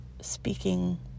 speaking